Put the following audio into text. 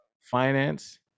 finance